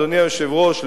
אדוני היושב-ראש,